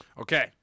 okay